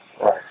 Right